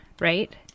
right